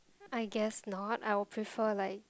I guess not I will prefer like